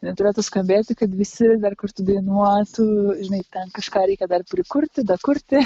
jin turėtų skambėti kad visi dar kartu dainuotų žinai ten kažką reikia dar prikurti dakurti